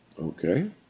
Okay